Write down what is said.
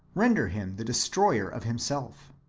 render him the destroyer of himself.